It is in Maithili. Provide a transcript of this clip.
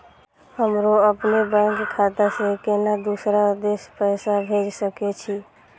हमरो अपने बैंक खाता से केना दुसरा देश पैसा भेज सके छी?